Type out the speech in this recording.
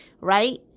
right